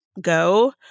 go